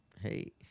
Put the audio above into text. hey